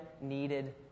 needed